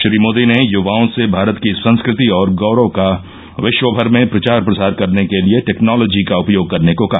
श्री मोदी ने युवाओं से भारत की संस्कृति और गौरव का विश्वभर में प्रचार प्रसार करने के लिए टेक्नोलॉजी का उपर्याग करने को कहा